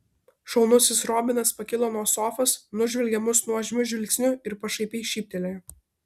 šaunusis robinas pakilo nuo sofos nužvelgė mus nuožmiu žvilgsniu ir pašaipiai šyptelėjo